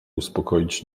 uspokoić